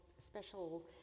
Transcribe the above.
special